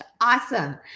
Awesome